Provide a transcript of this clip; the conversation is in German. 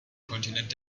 kontinent